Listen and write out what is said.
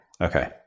Okay